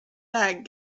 that